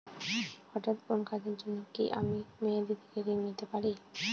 হঠাৎ কোন কাজের জন্য কি আমি মেয়াদী থেকে ঋণ নিতে পারি?